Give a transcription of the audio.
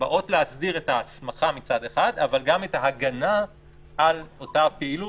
בא להסדיר את ההסמכה מצד אחד אבל גם את ההגנה על אותה פעילות,